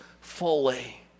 fully